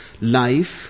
Life